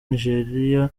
nijeriya